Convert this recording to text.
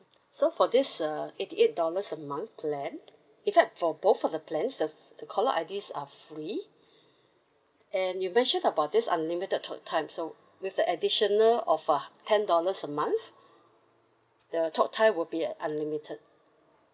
so for this uh eighty eight dollars a month plan in fact for both of the plans the the caller I_Ds are free and you mentioned about this unlimited talk time so with the additional of a ten dollars a month the talk time will be unlimited